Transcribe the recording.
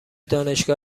دانشگاه